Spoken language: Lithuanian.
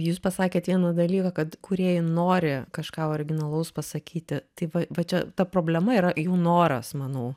jūs pasakėt vieną dalyką kad kūrėjai nori kažką originalaus pasakyti tai va va čia ta problema yra jų noras manau